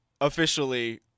Officially